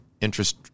interest